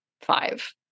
five